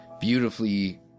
beautifully